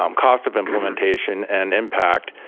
um cost of implementation and impact.